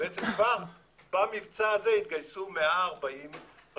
בעצם כבר במבצע הזה התגייסו 140 רשויות